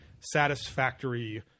satisfactory